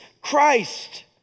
Christ